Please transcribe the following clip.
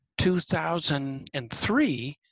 2003